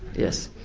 yes.